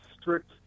strict